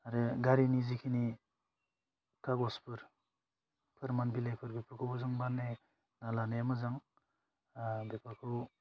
आरो गारिनि जिखिनि खागजफोर फोरमान बिलाइफोरखौबो जों बानायना लानाया मोजां बेफोरखौ